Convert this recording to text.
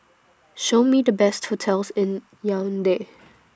Show Me The Best hotels in Yaounde